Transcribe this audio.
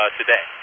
today